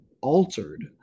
altered